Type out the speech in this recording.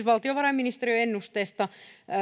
valtiovarainministeriön ennusteesta